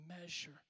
measure